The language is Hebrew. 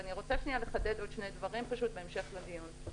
אני רוצה לחדד עוד שני דברים בהמשך לדיון.